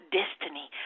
destiny